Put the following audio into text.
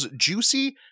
juicy